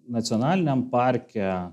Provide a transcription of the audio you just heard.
nacionaliniam parke